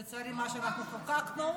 לצערי מה שאנחנו חוקקנו,